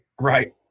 Right